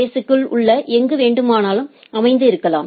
எஸ்க்கு உள் எங்கு வேண்டுமானாலும் அமைந்து இருக்கலாம்